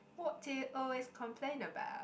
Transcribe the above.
what do you always complain about